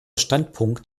standpunkt